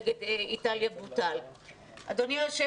אני לא בדיוק יודעת,